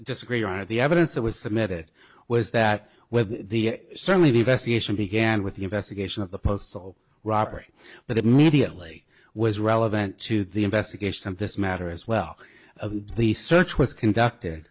disagree on the evidence that was submitted was that when the certainly be investigation began with the investigation of the postal robbery but the media play was relevant to the investigation of this matter as well the search was conducted